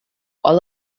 all